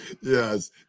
Yes